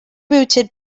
rooted